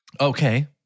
Okay